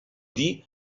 dir